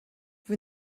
vous